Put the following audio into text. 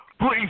please